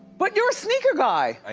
but you're a sneaker guy. i